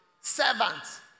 Servants